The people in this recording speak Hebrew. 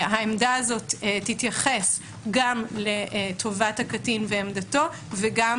העמדה הזאת תתייחס גם לטובת הקטין ועמדתו וגם